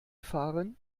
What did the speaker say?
fahren